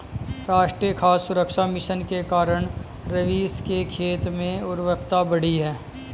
राष्ट्रीय खाद्य सुरक्षा मिशन के कारण रवीश के खेत की उर्वरता बढ़ी है